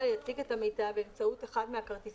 המידע הקיים